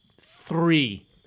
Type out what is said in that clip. Three